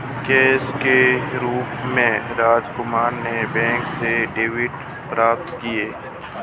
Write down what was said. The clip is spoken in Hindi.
कैश के रूप में राजकुमार ने बैंक से डेबिट प्राप्त किया